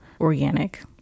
organic